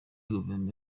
guverinoma